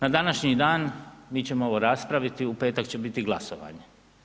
Na današnji dan, mi ćemo ovo raspraviti, u petak će biti glasovanje.